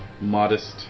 modest